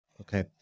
Okay